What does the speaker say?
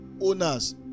owners